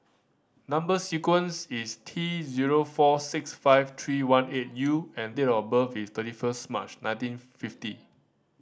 number sequence is T zero four six five three one eight U and date of birth is thirty first March nineteen fifty